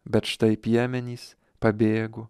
bet štai piemenys pabėgo